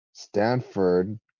Stanford